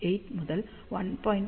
8 முதல் 1